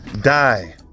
die